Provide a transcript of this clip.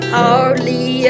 hardly